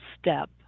step